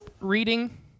reading